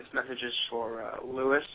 messages swore lewis